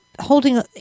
holding